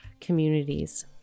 communities